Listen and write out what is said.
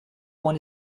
one